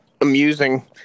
amusing